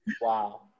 Wow